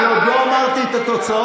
אני עוד לא אמרתי את התוצאות.